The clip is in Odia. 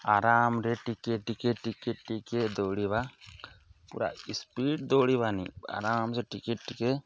ଆରାମରେ ଟିକେ ଟିକେ ଟିକେ ଟିକେ ଦୌଡ଼ିବା ପୁରା ସ୍ପିଡ଼୍ ଦୌଡ଼ିବାନିି ଆରାମସେ ଟିକେ ଟିକେ